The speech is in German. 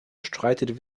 streitet